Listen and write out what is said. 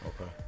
okay